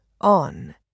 on